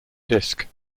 disc